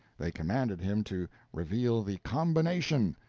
they commanded him to reveal the combination,